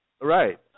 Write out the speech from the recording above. Right